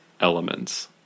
elements